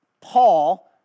Paul